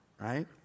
Right